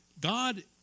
God